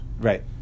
right